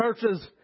churches